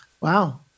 Wow